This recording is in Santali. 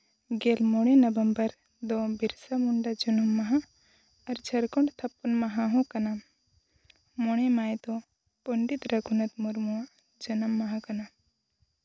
ᱜᱮᱞ ᱢᱚᱬᱮ ᱱᱚᱵᱷᱮᱢᱵᱚᱨ ᱫᱚ ᱵᱤᱨᱥᱟ ᱡᱟᱱᱟᱢ ᱢᱟᱦᱟ ᱟᱨ ᱡᱷᱟᱲᱠᱷᱚᱸᱰ ᱛᱷᱟᱯᱚᱱ ᱢᱟᱦᱟ ᱦᱚᱸ ᱠᱟᱱᱟ ᱢᱚᱬᱮ ᱢᱟᱹᱦᱤᱛ ᱫᱚ ᱯᱚᱱᱰᱤᱛ ᱨᱟᱹᱜᱷᱩᱱᱟᱛᱷ ᱢᱩᱨᱢᱩᱣᱟᱜ ᱡᱟᱱᱟᱢ ᱢᱟᱦᱟ ᱠᱟᱱᱟ